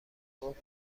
گفت